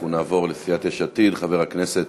אנחנו נעבור לסיעת יש עתיד, חבר הכנסת